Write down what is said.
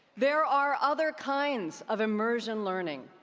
there are other kinds of immersion learning.